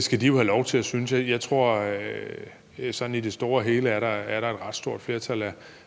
skal de jo have lov til at synes. Jeg tror, at der sådan i det store og hele er et ret stort flertal